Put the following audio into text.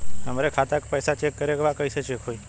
हमरे खाता के पैसा चेक करें बा कैसे चेक होई?